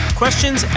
questions